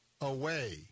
away